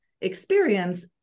experience